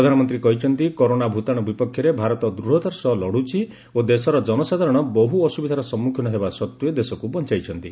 ପ୍ରଧାନମନ୍ତ୍ରୀ କହିଛନ୍ତି କରୋନା ଭୂତାଣୁ ବିପକ୍ଷରେ ଭାରତ ଦୂଢ଼ତାର ସହ ଲଢୁଛି ଓ ଦେଶର ଜନସାଧାରଣ ବହୁ ଅସ୍କ୍ବିଧାର ସମ୍ମୁଖୀନ ହେବା ସତ୍ତ୍ୱେ ଦେଶକୁ ବଞ୍ଚାଇଛନ୍ତି